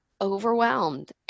overwhelmed